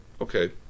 Okay